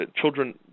children